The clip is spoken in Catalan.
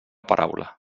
paraula